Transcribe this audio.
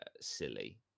silly